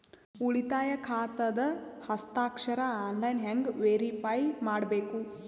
ಉಳಿತಾಯ ಖಾತಾದ ಹಸ್ತಾಕ್ಷರ ಆನ್ಲೈನ್ ಹೆಂಗ್ ವೇರಿಫೈ ಮಾಡಬೇಕು?